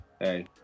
hey